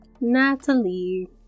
Natalie